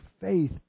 faith